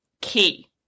key